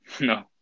No